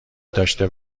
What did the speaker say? داشته